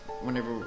whenever